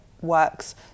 works